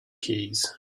keys